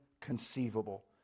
conceivable